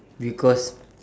because